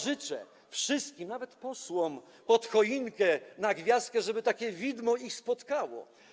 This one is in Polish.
Życzę wszystkim, nawet posłom, pod choinkę, na gwiazdkę, żeby takie widmo ich spotkało.